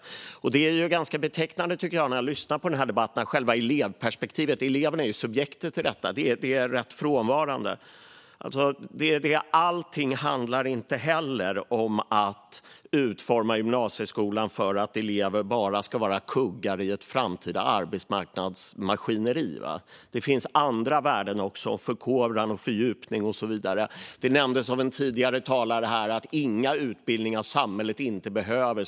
Det är ganska tydligt i debatten att elevperspektivet - eleverna är ju subjektet i detta - är ganska frånvarande. Inte allting handlar om att utforma gymnasieskolan för att elever bara ska vara kuggar i ett framtida arbetsmarknadsmaskineri. Det finns också andra värden: förkovran, fördjupning och så vidare. En tidigare talare nämnde att det inte ska finnas utbildningar som samhället inte behöver.